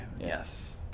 yes